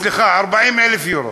סליחה, 40,000 יורו.